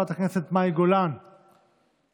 חברת הכנסת מאי גולן, בבקשה.